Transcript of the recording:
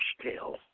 scale